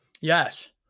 Yes